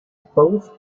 both